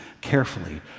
carefully